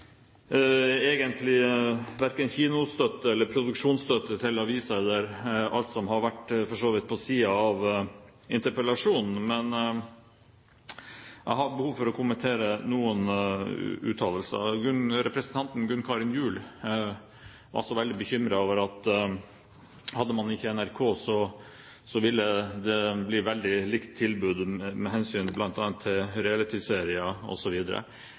kommentere verken kinostøtte eller produksjonsstøtte til aviser eller annet som for så vidt har vært på siden av interpellasjonen, men jeg har behov for å kommentere noen uttalelser. Representanten Gunn Karin Gjul var veldig bekymret og mente at hadde man ikke hatt NRK, så ville det bli et veldig likt tilbud med hensyn til